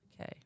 Okay